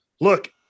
look